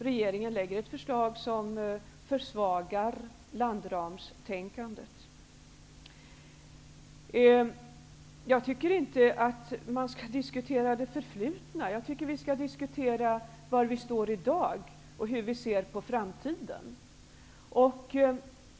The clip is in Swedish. Regeringen har lagt fram ett förslag som försvagar landramstänkandet. Jag tycker inte att man skall diskutera det förflutna. Jag tycker att vi skall diskutera var vi står i dag och hur vi ser på framtiden.